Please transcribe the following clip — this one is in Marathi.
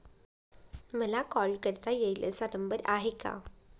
मला कॉल करता येईल असा नंबर आहे का?